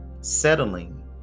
Settling